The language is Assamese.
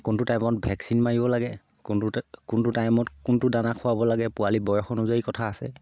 কোনটো টাইমত ভেকচিন মাৰিব লাগে কোনটো কোনটো টাইমত কোনটো দানা খুৱাব লাগে পোৱালী বয়স অনুযায়ী কথা আছে